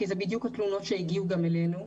כי אלה בדיוק התלונות שהגיעו גם אלינו.